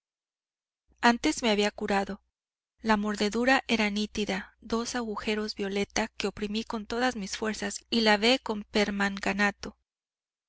antes me había curado la mordedura era nítida dos agujeros violeta que oprimí con todas mis fuerzas y lavé con permanganato